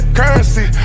currency